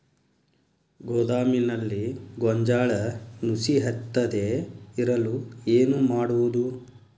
ಗೋದಾಮಿನಲ್ಲಿ ಗೋಂಜಾಳ ನುಸಿ ಹತ್ತದೇ ಇರಲು ಏನು ಮಾಡುವುದು?